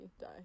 die